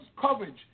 coverage